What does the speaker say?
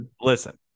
Listen